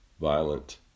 violent